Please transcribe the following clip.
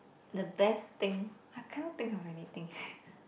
the best thing I cannot think of anything